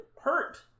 hurt